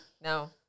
no